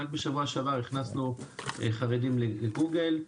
רק בשבוע שעבר הכנסנו חרדים לגוגל,